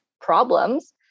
problems